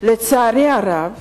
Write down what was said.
לצערי הרב